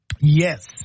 Yes